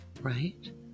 right